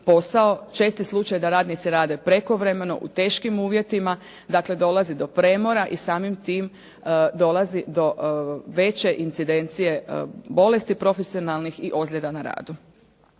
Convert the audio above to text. posao. Čest je slučaj da radnici rade prekovremeno u teškim uvjetima. Dakle, dolazi do premora i samim tim dolazi do veće incidencije bolesti profesionalnih i ozljeda na radu.